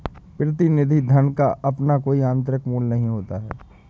प्रतिनिधि धन का अपना कोई आतंरिक मूल्य नहीं होता है